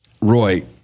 Roy